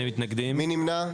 מי נמנע?